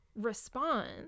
response